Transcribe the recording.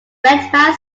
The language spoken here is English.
redman